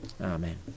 Amen